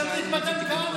תשאלי את מתן כהנא,